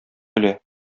көлә